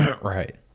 Right